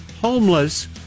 Homeless